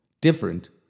Different